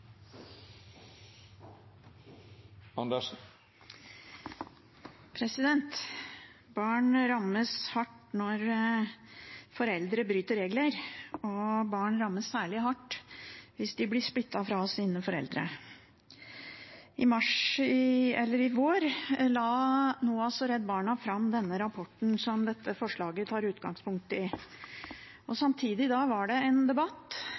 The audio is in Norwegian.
saken. Barn rammes hardt når foreldre bryter regler. Barn rammes særlig hardt hvis de blir skilt fra sine foreldre. I vår la NOAS og Redd Barna fram den rapporten som dette forslaget tar utgangspunkt i. Samtidig var det en debatt